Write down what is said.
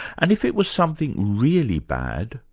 and if it were something really bad,